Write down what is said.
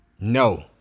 No